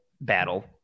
battle